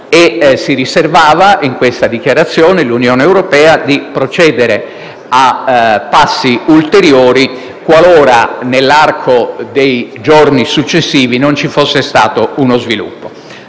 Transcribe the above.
presidenziali. In questa dichiarazione, l'Unione europea si riservava di procedere a passi ulteriori, qualora nell'arco dei giorni successivi non ci fosse stato uno sviluppo.